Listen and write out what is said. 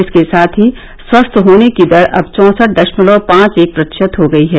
इसके साथ ही स्वस्थ होने की दर अब चौसठ दशमलव पांच एक प्रतिशत हो गयी है